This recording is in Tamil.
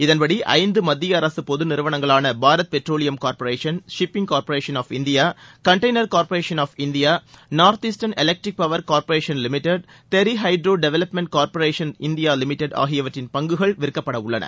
இதன்படி ஐந்து மத்திய அரசு பொது நிறுவனங்களான Bharat petroleum corporation shipping corporation of India container corporation of India north eastern electric power corporation limited Tehri hydro development corporation India limited ஆகியவற்றின் பங்குகள் விற்கப்படவுள்ளன